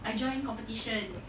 I join competition